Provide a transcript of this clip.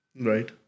Right